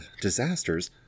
disasters